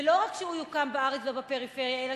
ולא רק שהוא יוקם בארץ ובפריפריה אלא